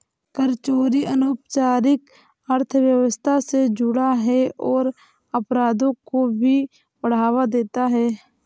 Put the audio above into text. कर चोरी अनौपचारिक अर्थव्यवस्था से जुड़ा है और अपराधों को भी बढ़ावा देता है